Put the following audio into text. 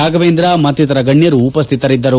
ರಾಘವೇಂದ್ರ ಮತ್ತಿತರ ಗಣ್ಣರು ಉಪಸ್ಥಿತರಿದ್ದರು